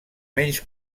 menys